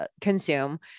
consume